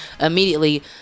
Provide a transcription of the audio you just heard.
immediately